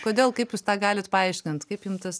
kodėl kaip jūs tą galit paaiškint kaip jum tas